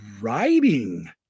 writing